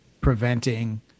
preventing